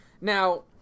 Now